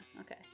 okay